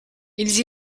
ils